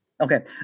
Okay